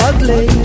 Ugly